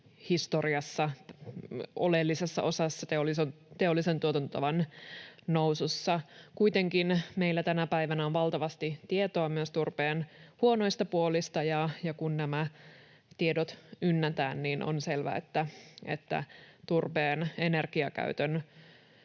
historiassa oleellisessa osassa teollisen tuotantotavan nousussa. Kuitenkin meillä tänä päivänä on valtavasti tietoa myös turpeen huonoista puolista, ja kun nämä tiedot ynnätään, on selvää, että turpeen energiakäyttö